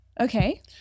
Okay